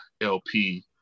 LP